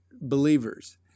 believers